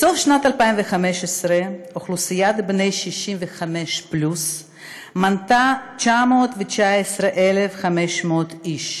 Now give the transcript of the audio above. בסוף שנת 2015 אוכלוסיית בני ה-65 פלוס מנתה 919,500 איש,